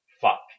fuck